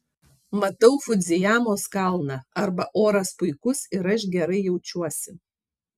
matau fudzijamos kalną arba oras puikus ir aš gerai jaučiuosi